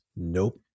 Nope